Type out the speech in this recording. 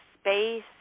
space